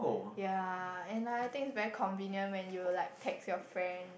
yea and I think it's very convenient when you like text your friend